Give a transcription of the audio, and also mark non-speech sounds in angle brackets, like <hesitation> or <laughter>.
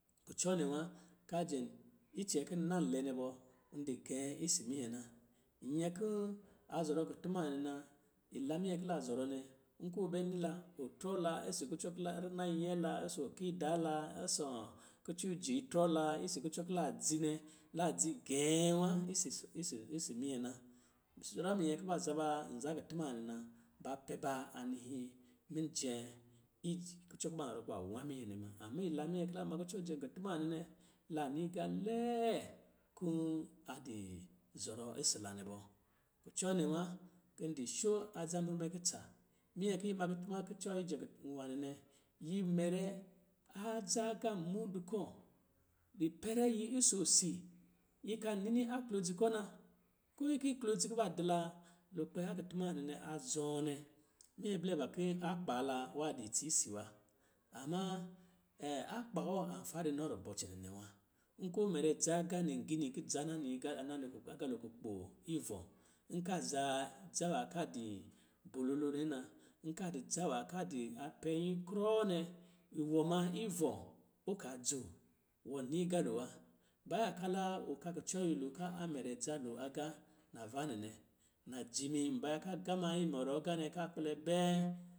Kucɔ nɛ wa, ka jɛm icɛ kɔ̄ na lɛ nɛ bɔ, n di gɛ̄ isi minyɛ na. Nyɛ kɔ a zɔrɔ kutuma wa nɛ na, ila minyɛ ki la zɔrɔ nɛ, nkɔ̄ ɔ bɛ ni la, ɔtrɔ la isi kucɔ kila, rina nyɛn la ɔsɔ̄ kiida la ɔsɔ̄ kucɔ ijii trɔ la ɔsɔ̄ kucɔ ki la dzi nɛ, la dzi gɛ̄ɛ̄ wā isi su isi minyɛ na sɔra minyɛ kuba zaba nza kutuma nwanɛ na, ba pɛba anihi mijɛ kucɔ kuba zɔrɔ kuba nwa minyɛ nɛ ma. Amma ila minyɛ ki la ma kucɔ jɛ kutuma nwanɛ nɛ, la ni agā lɛɛ kɔ̄ a di zɔrɔ isi la nɛ bɔ. Kucɔ nɛ wa ki n di sho adzamru mɛ kutsa, minyɛ kiyi ma kutuma kucɔ yijɛ nwanɛ nɛ, yi mɛrɛ adza agā mudu kā ipɛrɛ yi ɔsɔ̄ si. Yi kan nini aklɔdzi kɔ̄ na. Ko yi ki a klodzi ki ba di la lukpɛ a kutuma nwanɛ nɛ a zɔɔ nɛ, minyɛ blɛ ba ki akpa la wa di itsi si wa. Amma <hesitation> akpa wɔ an fara ini rubɔ cɛnɛ nɛ wa. Nkɔ̄ mɛrɛ dza agā nigini, ki dza niiga, a na nɔ agalo kukpo ivɔ̄, nka zaa dza wa ka di bololo nnɛ na, nka di dza wa ka di a pɛnyi krɔ nɛ, iwɔ ma ivɔ̄ ɔ kaa dzoo. Wɔ ni agalo wa. Ba yaka la ɔka kucɔ niilo ka a mɛrɛ dza lo agā navanɛ nɛ, najimi mbaya ka gamaa imɔrɔɔ agā nɛ ka kpɛlɛ bɛɛ